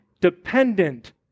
dependent